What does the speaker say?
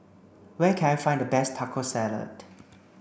where can I find the best Taco Salad